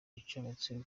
icometse